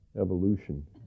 evolution